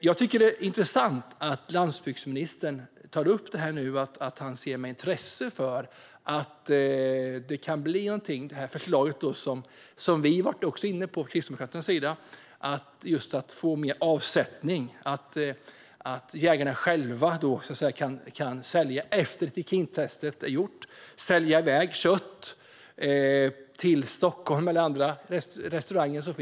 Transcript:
Jag tycker att det är intressant att landsbygdsministern nu säger att han ser med intresse på det förslag som vi kristdemokrater också har varit inne på om att få mer avsättning för köttet, alltså att jägarna själva kan sälja köttet efter att trikintestet är gjort till restauranger i Stockholm eller på andra håll.